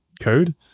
Code